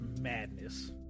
madness